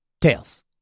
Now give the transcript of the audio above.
Tails